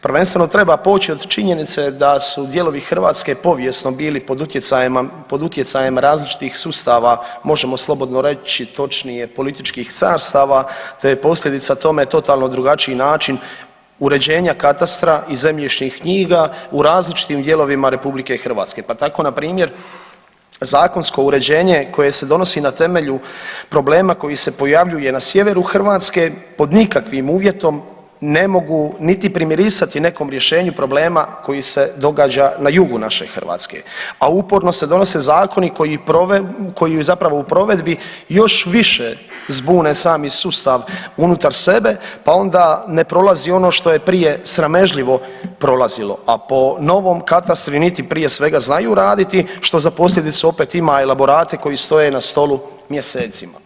Prvenstveno treba poći od činjenice da su dijelovi Hrvatske povijesno bili pod utjecajem različitih sustava možemo slobodno reći točnije političkih carstava, te je posljedica tome totalno drugačiji način uređenja katastra i zemljišnih knjiga u različitim dijelovima Republike Hrvatske, pa tako na primjer zakonsko uređenje koje se donosi na temelju problema koji se pojavljuje na sjeveru Hrvatske pod nikakvim uvjetom ne mogu niti primirisati nekom rješenju problema koji se događa na jugu naše Hrvatske, a uporno se donose zakoni koji zapravo u provedbi još više zbune sami sustav unutar sebe, pa ne prolazi ono što je prije sramežljivo prolazilo, a po novom katastru niti prije svega znaju raditi što za posljedicu opet ima elaborate koji stoje na stolu mjesecima.